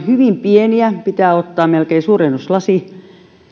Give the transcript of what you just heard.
hyvin pieniä pitää melkein ottaa suurennuslasi